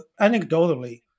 anecdotally